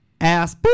ass